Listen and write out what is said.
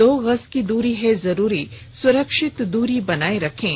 दो गज की दूरी है जरूरी सुरक्षित दूरी बनाए रखें